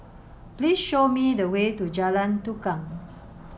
please show me the way to Jalan Tukang